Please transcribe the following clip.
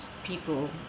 people